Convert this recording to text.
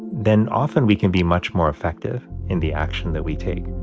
then often we can be much more effective in the action that we take